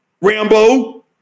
Rambo